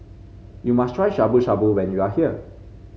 you must try Shabu Shabu when you are here